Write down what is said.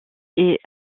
est